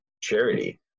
charity